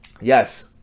yes